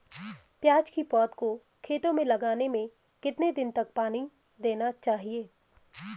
प्याज़ की पौध को खेतों में लगाने में कितने दिन तक पानी देना चाहिए?